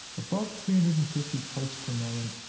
above three hundred and fifty parts per million,